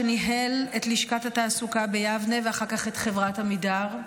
וניהל את לשכת התעסוקה ביבנה ואחר כך את חברת עמידר.